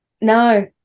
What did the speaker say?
No